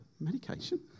Medication